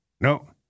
no